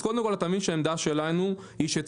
אז קודם כל תבין שהעמדה שלנו שצריך